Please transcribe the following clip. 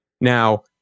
Now